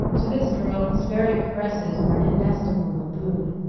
to this girl his very caresses were an inestimable boon.